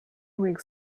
weeks